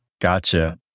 Gotcha